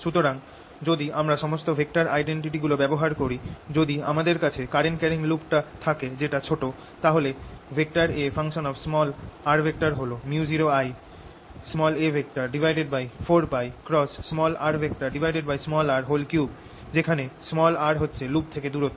সুতরাং যদি আমরা সমস্ত ভেক্টর আইডেন্টিটি গুলো ব্যবহার করি যদি আমাদের কাছে কারেন্ট ক্যারিং লুপ টা থাকে যেটা ছোট তাহলে A হল µ0Ia4πrr3 যেখানে r হচ্ছে লুপ থেকে দুরুত্ব